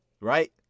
Right